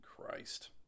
Christ